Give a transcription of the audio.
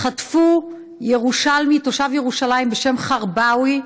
חטפו ירושלמי, תושב ירושלים בשם חירבאווי,